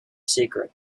secret